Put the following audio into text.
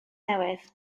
newydd